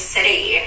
City